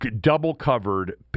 double-covered